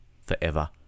forever